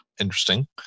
Interesting